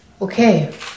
Okay